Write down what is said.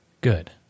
Good